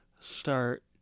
start